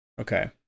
Okay